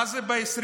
מה זה ב-2024,